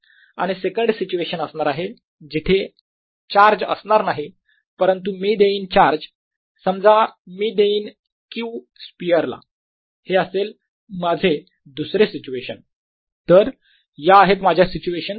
आणि second situation असणार आहे जिथे चार्ज असणार नाही परंतु मी देईन चार्ज समजा मी देईन Q स्पियरला हे असेल माझे दुसरे सिच्युएशन तर या आहेत माझ्या सिच्युएशन्स